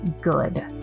good